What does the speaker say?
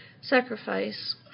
sacrifice